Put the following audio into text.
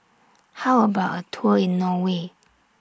How about A Tour in Norway